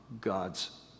God's